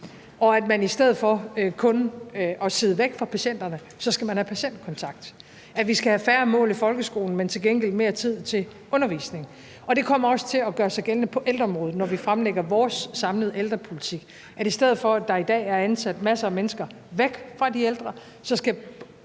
at man i stedet for kun at sidde væk fra patienterne skal have patientkontakt, og at vi skal have færre mål i folkeskolen, men til gengæld mere tid til undervisning. Og det kommer også til at gøre sig gældende på ældreområdet, når vi fremlægger vores samlede ældrepolitik. I stedet for at der i dag er ansat masser af mennesker væk fra de ældre,